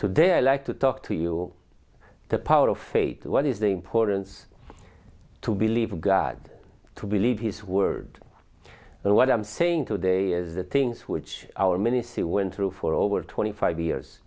today i like to talk to you the power of faith what is the importance to believe god to believe his word and what i'm saying today is the things which our many see went through for over twenty five years